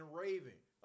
raving